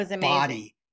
body